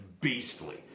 beastly